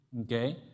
Okay